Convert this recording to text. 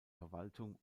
verwaltung